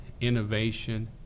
innovation